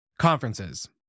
Conferences